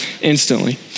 instantly